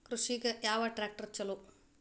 ಕೃಷಿಗ ಯಾವ ಟ್ರ್ಯಾಕ್ಟರ್ ಛಲೋ?